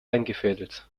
eingefädelt